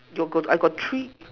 you got I got three